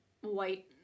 white